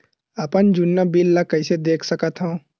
अपन जुन्ना बिल ला कइसे देख सकत हाव?